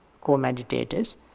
co-meditators